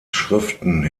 schriften